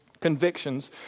convictions